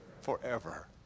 forever